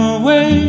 away